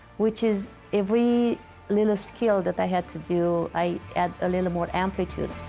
which is every little skill that i had to do, i add a little more amplitude,